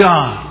God